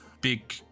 big